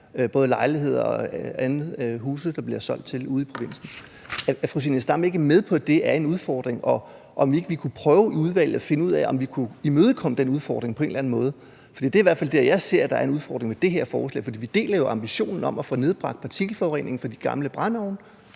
både lejligheder og huse, der bliver solgt for ude i provinsen. Er fru Zenia Stampe ikke med på, at det er en udfordring, og kunne vi ikke prøve i udvalget at finde ud af, om vi kunne imødegå den udfordring på en eller anden måde? Det er i hvert fald der, jeg ser der er en udfordring med det her forslag, for vi deler jo ambitionen om at få nedbragt partikelforureningen for de gamle brændeovne,